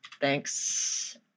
Thanks